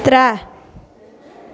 त्रै